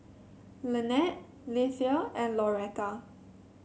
Lanette Lethia and Lauretta